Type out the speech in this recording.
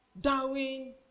Darwin